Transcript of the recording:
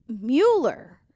Mueller